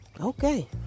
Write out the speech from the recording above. Okay